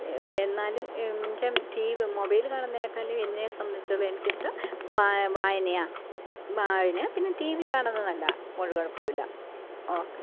എന്നാലും എൻ്റെ T V mobile കാണുന്നതിനേക്കാളും എന്നെ സംബന്ധിച്ചോളം എനിക്കിഷ്ടം വാ വായനയാ വായന പിന്നെ ടി വി കാണുന്ന നല്ലാ ഒരു കുഴപ്പവും ഇല്ല ഓക്കെ